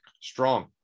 strong